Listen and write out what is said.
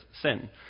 sin